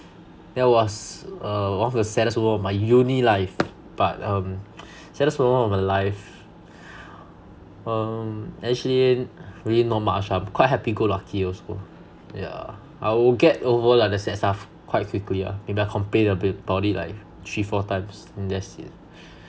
that was err one of the saddest moments of my uni life but um saddest moment of my life um actually really not much lah I'm quite happy go lucky also yeah I'll get over like the sad stuff quite quicly lah maybe I complain a bit about it like three four times and that's it